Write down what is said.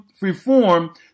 reform